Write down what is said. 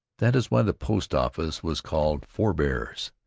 that is why the post-office was called four-bears.